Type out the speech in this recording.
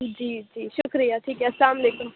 جی جی شُکریہ ٹھیک ہے السّلام علیکم